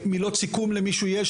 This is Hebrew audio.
קודם כל שוב, אני